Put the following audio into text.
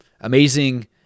Amazing